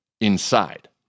inside